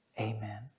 Amen